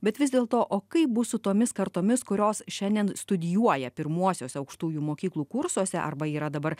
bet vis dėlto o kaip bus su tomis kartomis kurios šiandien studijuoja pirmuosiuose aukštųjų mokyklų kursuose arba yra dabar